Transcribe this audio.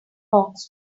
box